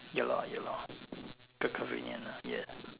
ya lor ya lor quite convenient ah ya